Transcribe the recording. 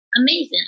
amazing